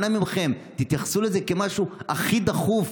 אנא מכם, תתייחסו לזה כאל משהו הכי דחוף.